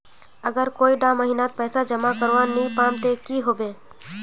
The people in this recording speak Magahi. अगर कोई डा महीनात पैसा जमा करवा नी पाम ते की होबे?